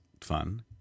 fun